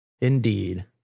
Indeed